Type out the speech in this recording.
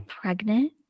pregnant